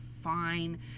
fine